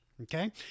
okay